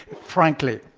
frankly,